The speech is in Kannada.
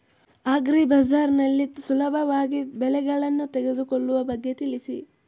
ಅಗ್ರಿ ಬಜಾರ್ ನಲ್ಲಿ ಸುಲಭದಲ್ಲಿ ಬೆಳೆಗಳನ್ನು ತೆಗೆದುಕೊಳ್ಳುವ ಬಗ್ಗೆ ತಿಳಿಸಿ